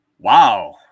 Wow